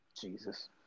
Jesus